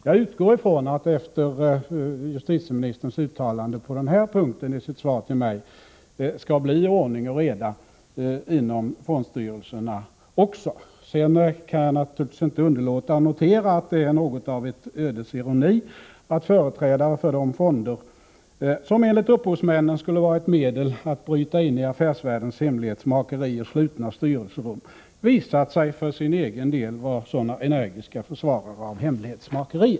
Jag utgår ifrån att det efter justitieministerns uttalande på den här punkten i hans svar till mig skall bli ordning och reda även inom fondstyrelserna. Sedan kan jag naturligtvis inte underlåta att notera att det är något av ett ödets ironi att företrädare för de fonder som enligt upphovsmännen skulle vara ett medel att bryta in i affärsvärldens hemlighetsmakeri och slutna styrelserum visat sig för sin egen del vara sådana energiska försvarare av hemlighetsmakeri.